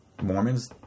Mormons